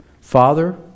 Father